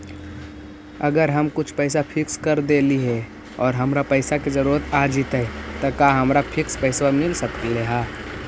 अगर हम कुछ पैसा फिक्स कर देली हे और हमरा पैसा के जरुरत आ जितै त का हमरा फिक्स पैसबा मिल सकले हे?